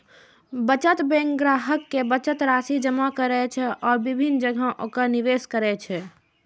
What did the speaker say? बचत बैंक ग्राहक के बचत राशि जमा करै छै आ विभिन्न जगह ओकरा निवेश करै छै